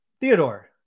Theodore